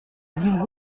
avions